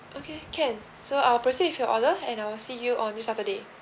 okay can so I'll proceed with your order and I'll see you on this saturday